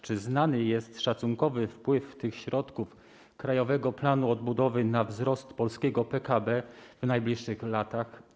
Czy znany jest szacunkowy wpływ środków Krajowego Planu Odbudowy na wzrost polskiego PKB w najbliższych latach?